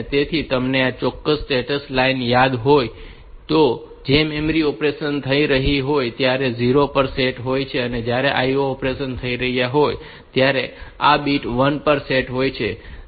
તેથી તમને આ ચોક્કસ સ્ટેટસ લાઇન યાદ હોય તો જે મેમરી ઓપરેશન્સ થઈ રહી હોય ત્યારે 0 પર સેટ હોય છે અને જ્યારે IO ઓપરેશન્સ થઈ રહ્યાં હોય ત્યારે આ બીટ 1 પર સેટ હોય છે